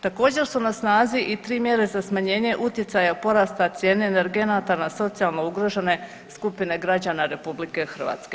Također su na snazi i 3 mjere za smanjenje utjecaja porasta cijene energenata za socijalno ugrožene skupine građana RH.